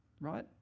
right